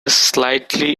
slightly